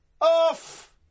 off